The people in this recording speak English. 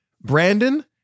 Brandon